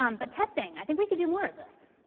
um but testing. i think we could do more of this.